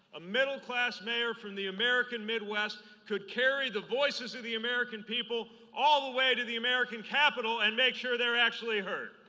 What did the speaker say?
ah middle-class mayor from the american midwest could carry the voices of the american people all the way to the american capital and make sure they are actually heard.